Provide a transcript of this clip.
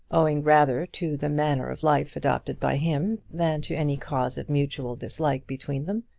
owing rather to the manner of life adopted by him than to any cause of mutual dislike between them.